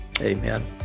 Amen